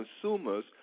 consumers